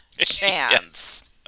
chance